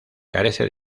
carece